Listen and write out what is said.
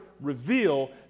reveal